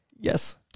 Yes